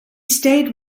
stayed